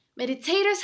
meditators